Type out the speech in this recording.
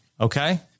okay